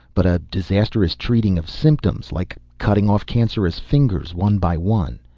but a disastrous treating of symptoms. like cutting off cancerous fingers one by one.